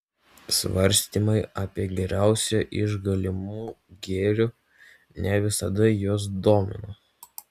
svarstymai apie geriausią iš galimų gėrių ne visada juos domina